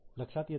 लक्षात येताय ना